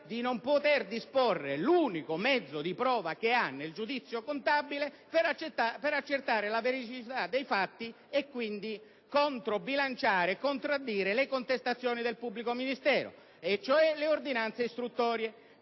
di disporre l'unico mezzo di prova che ha nel giudizio contabile per accertare la veridicità dei fatti e quindi controbilanciare, contraddire le contestazioni del pubblico ministero, ossia le ordinanze istruttorie.